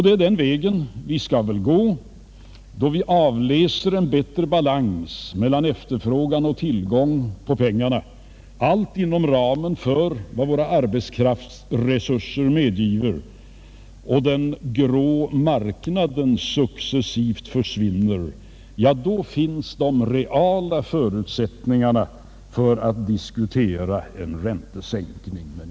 Det är den vägen vi skall gå, då vi vill avläsa en bättre balans mellan efterfrågan och tillgång på pengar, allt inom ramen för vad våra arbetskraftsresurser medgiver. När den grå marknaden successivt försvinner — men inte förr — finns de reala förutsättningarna för att diskutera en räntesänkning.